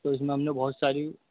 تو اس میں ہم نے بہت ساری